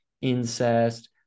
incest